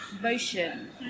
motion